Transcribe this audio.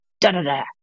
da-da-da